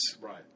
Right